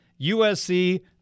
USC